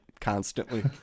constantly